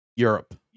Europe